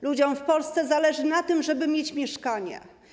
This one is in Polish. Ludziom w Polsce zależy na tym, żeby mieć mieszkanie.